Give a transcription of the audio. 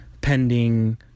pending